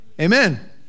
Amen